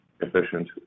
efficient